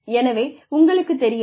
எனவே உங்களுக்குத் தெரியுமா